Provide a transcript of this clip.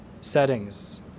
settings